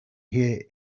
hear